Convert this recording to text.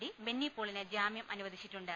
D Benny പോളിന് ജാമ്യം അനുവദിച്ചിട്ടുണ്ട്